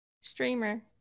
Streamer